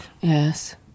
Yes